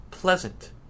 pleasant